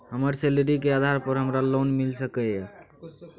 हमर सैलरी के आधार पर हमरा लोन मिल सके ये?